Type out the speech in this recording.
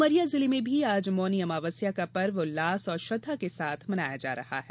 उमरिया जिले मे भी आज मौनी अमावस्या का पर्व उल्लास और श्रद्दा के साथ मनाया जा रहा है